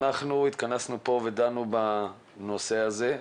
אנחנו התכנסנו פה ודנו בנושא הזה,